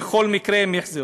בכל מקרה הם יחזרו.